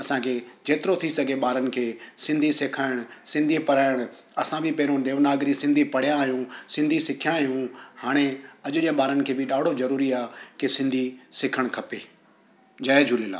असांखे जेतिरो थी सघे ॿारनि खे सिंधी सिखाइणु सिंधी पढ़ाइणु असां बि पहिरियों देवनागरी सिंधी पढ़ियां आहियूं सिंधी सिखियां आहियूं हाणे अॼु जे ॿारनि खे बि ॾाढो ज़रूरी आहे की सिंधी सिखणु खपे जय झूलेलाल